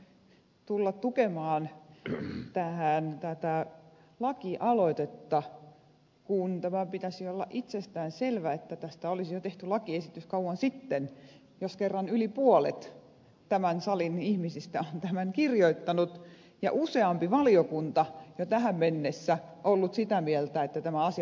on mielenkiintoista tulla tukemaan tätä lakialoitetta kun pitäisi olla itsestään selvää että tästä olisi jo tehty lakiesitys kauan sitten jos kerran yli puolet tämän salin ihmisistä on tämän kirjoittanut ja useampi valiokunta jo tähän mennessä ollut sitä mieltä että tämän asian pitää edetä